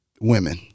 Women